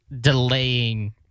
delaying